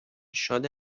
شاد